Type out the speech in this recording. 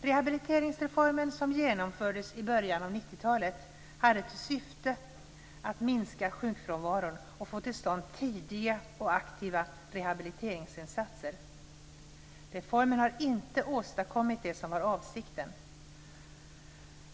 Rehabiliteringsreformen, som genomfördes i början av 90-talet, hade till syfte att minska sjukfrånvaron och få till stånd tidiga och aktiva rehabiliteringsinsatser. Reformen har inte åstadkommit det som var avsikten.